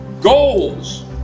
Goals